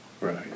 right